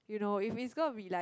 you know if it's gonna be like